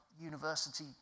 University